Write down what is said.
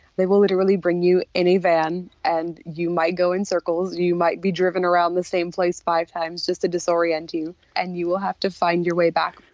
they will bring you in a van and you might go in circles, you might be driven around the same place five times just to disorient you and you will have to find your way back.